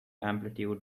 amplitude